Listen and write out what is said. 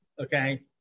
Okay